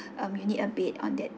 um you need a bed on that